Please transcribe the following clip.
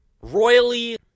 royally